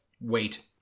Wait